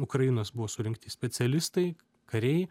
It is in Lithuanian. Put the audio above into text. ukrainos buvo surinkti specialistai kariai